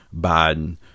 Biden